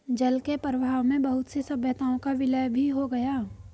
जल के प्रवाह में बहुत सी सभ्यताओं का विलय भी हो गया